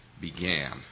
began